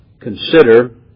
consider